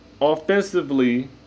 offensively